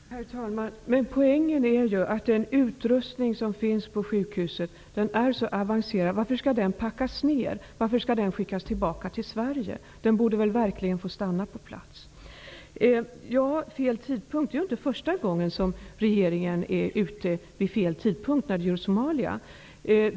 Herr talman! Poängen är ju att den utrustning som finns på sjukhuset är avancerad. Varför skall den packas ned? Varför skall den skickas tillbaka till Sverige? Den borde verkligen få stanna på plats. Det är vidare inte första gången som regeringen är ute vid fel tidpunkt när det gäller Somalia.